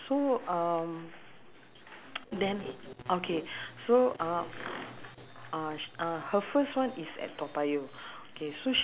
I remember my chinese friend say eh uh liza ah when you say prawn noodle ah don't go and eat prawn noodles ah because it's not just prawn